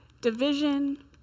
division